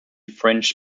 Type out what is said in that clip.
french